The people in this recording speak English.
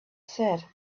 said